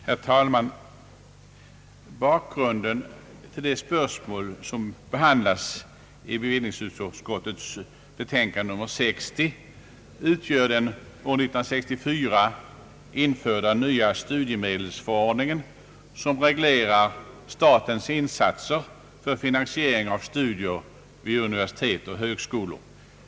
Herr talman! Bakgrunden till det spörsmål som behandlas i bevillningsutskottets betänkande nr 60 utgör den år 1964 införda nya studiemedelsförordningen, som reglerar statens insatser för finansiering av studier vid universitet och högskolor.